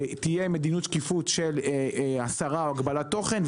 תהיה מדיניות שקיפות של הסרה או הגבלת תוכן,